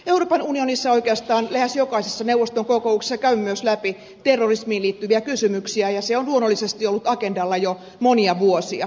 euroopan unionissa oikeastaan lähes jokaisessa neuvoston kokouksessa käydään myös läpi terrorismiin liittyviä kysymyksiä ja se on luonnollisesti ollut agendalla jo monia vuosia